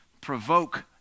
provoke